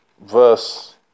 verse